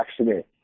accident